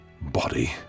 body